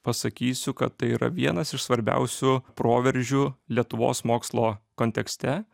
pasakysiu kad tai yra vienas iš svarbiausių proveržių lietuvos mokslo kontekste